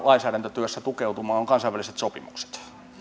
lainsäädäntötyössä tukeutumaan kansainvälisiin sopimuksiin